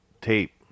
tape